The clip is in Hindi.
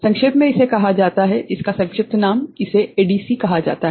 संक्षेप में इसे कहा जाता है संक्षिप्त नाम इसे एडीसी कहा जाता है